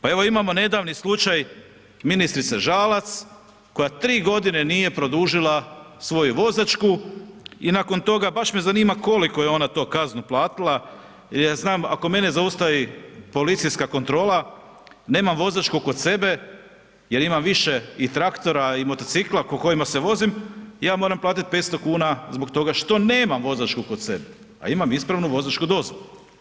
Pa evo imamo nedavni slučaj ministrice Žalac koja 3.g. nije produžila svoju vozačku i nakon toga, baš me zanima koliku je ona to kaznu platila jer znam, ako mene zaustavi policijska kontrola, nemam vozačku kod sebe jer imam više i traktora i motocikla kojima se vozim, ja moram platit 500,00 kn zbog toga što nemam vozačku kod sebe, a imam ispravnu vozačku dozvolu.